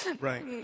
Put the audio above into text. Right